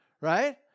right